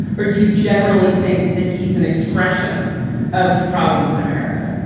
or do you generally think that he's an expression of problems in america?